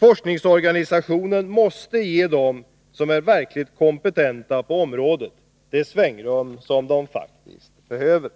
Forskningsorganisationen måste ge dem som är verkligt kompetenta på området det svängrum som de faktiskt behöver.